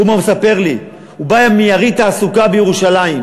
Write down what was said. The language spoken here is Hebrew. תראו מה הוא מספר לי: הוא בא מיריד תעסוקה בירושלים.